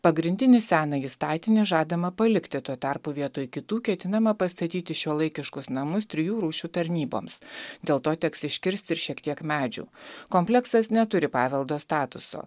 pagrindinį senąjį statinį žadama palikti tuo tarpu vietoj kitų ketinama pastatyti šiuolaikiškus namus trijų rūšių tarnyboms dėl to teks iškirst ir šiek tiek medžių kompleksas neturi paveldo statuso